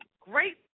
great